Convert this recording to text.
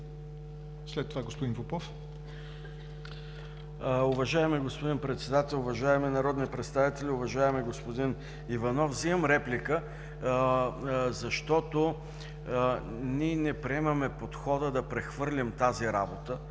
ДАНАИЛ КИРИЛОВ: Уважаеми господин Председател, уважаеми народни представители! Уважаеми господин Иванов, вземам реплика, защото ние не приемаме подхода да прехвърлим тази работа